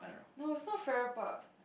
no it's not Farrer Park